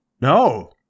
No